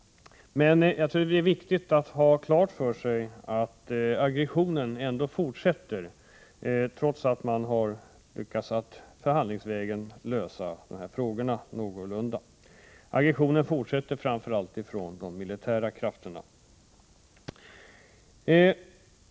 Men jag tror att det är viktigt att ha klart för sig att aggressionen — framför allt från de militära krafterna — ändå fortsätter, trots att man förhandlingsvägen lyckats lösa dessa frågor någorlunda.